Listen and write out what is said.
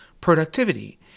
productivity